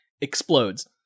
explodes